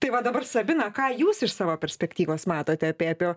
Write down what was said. tai va dabar sabina ką jūs iš savo perspektyvos matote apie apie